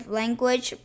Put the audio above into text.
language